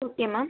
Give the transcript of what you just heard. okay ma'am